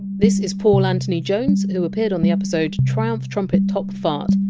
this is paul anthony jones, who appeared on the episode triumph trumpet top fart.